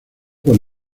por